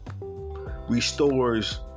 restores